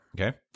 Okay